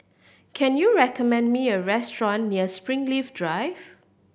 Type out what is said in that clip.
can you recommend me a restaurant near Springleaf Drive